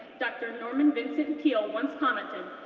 dr. norman vincent peale, once commented,